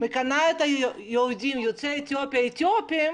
מכנים את היהודים יוצאי אתיופיה "אתיופים",